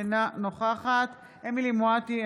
אינה נוכחת אמילי חיה מואטי,